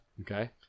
Okay